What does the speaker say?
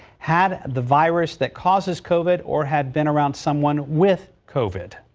had the virus that causes covid or had been around someone with covid.